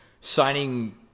signing